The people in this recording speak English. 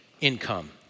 income